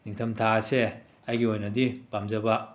ꯅꯤꯡꯊꯝꯊꯥ ꯑꯁꯦ ꯑꯩꯒꯤ ꯑꯣꯏꯅꯗꯤ ꯄꯥꯝꯖꯕ